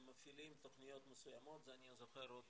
הם מפעילים תוכניות מסוימות, זה אני זוכר עוד